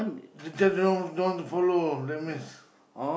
later don't don't want to follow that means